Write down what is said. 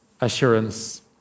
assurance